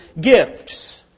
gifts